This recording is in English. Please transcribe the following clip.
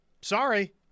sorry